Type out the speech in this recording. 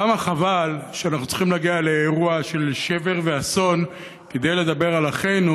כמה חבל שאנחנו צריכים להגיע לאירוע של שבר ואסון כדי לדבר על אחינו,